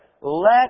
let